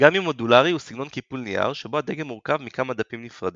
אוריגמי מודולרי הוא סגנון קיפול נייר שבו הדגם מורכב מכמה דפים נפרדים,